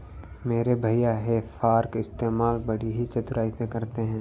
मेरे भैया हे फार्क इस्तेमाल बड़ी ही चतुराई से करते हैं